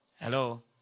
Hello